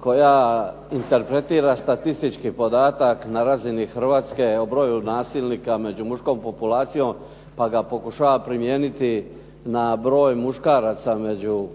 koja interpretira statistički podatak na razini Hrvatske o broju nasilnika među muškom populacijom, pa ga pokušava primijeniti na broj muškaraca među